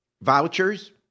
vouchers